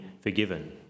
forgiven